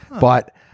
But-